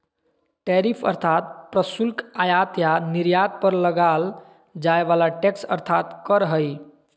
tariff अर्थात् प्रशुल्क आयात या निर्यात पर लगाल जाय वला टैक्स अर्थात् कर हइ